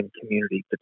community